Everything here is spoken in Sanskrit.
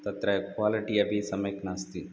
तत्र क्वालिटि अपि सम्यक् नास्ति